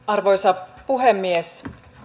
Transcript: arvoisa puhemies